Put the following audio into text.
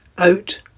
out